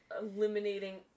eliminating